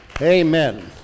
Amen